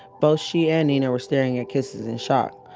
both she and nina were staring at kisses in shock.